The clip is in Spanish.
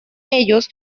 ellos